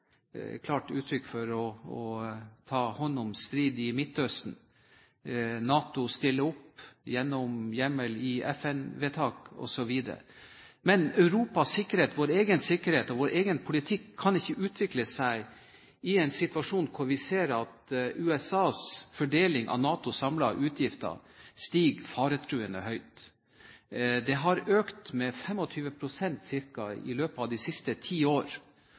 klart uttrykk for å ta hånd om strid i Midtøsten, NATO stiller opp gjennom hjemmel i FN-vedtak osv. Men Europas sikkerhet, vår egen sikkerhet og vår egen politikk kan ikke utvikle seg i en situasjon der vi ser at USAs andel av NATOs samlede utgifter stiger faretruende høyt; den har økt med ca. 25 pst. i løpet av de siste ti år.